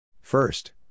First